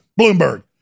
Bloomberg